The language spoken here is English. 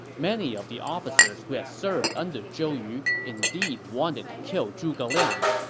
many of the officers who had served under zhou yu indeed wanted to kill zhuge liang,